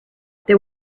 there